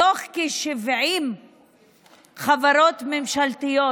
מתוך כ-70 חברות ממשלתיות,